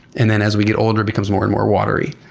and then as we get older it becomes more and more watery,